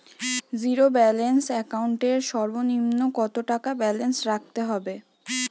Zero balance account এর সর্বনিম্ন কত টাকা ব্যালেন্স রাখতে হবে?